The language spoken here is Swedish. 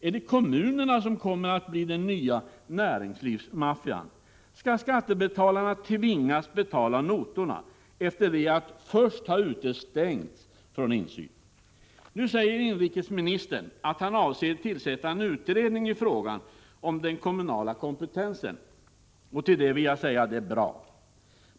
Är det kommunerna som kommer att bli den nya näringslivsmaffian? Skall skattebetalarna tvingas betala notorna efter att först ha utestängts från insyn? Nu säger civilministern att han avser att tillsätta en utredning i frågan om den kommunala kompetensen, och till det vill jag säga: Det är bra.